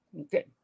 Okay